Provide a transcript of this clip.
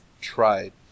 tried